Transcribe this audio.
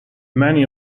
many